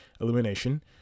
illumination